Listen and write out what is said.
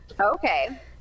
Okay